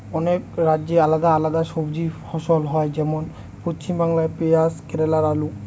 অনেক রাজ্যে আলাদা আলাদা সবজি ফসল হয়, যেমন পশ্চিমবাংলায় পেঁয়াজ কেরালায় আলু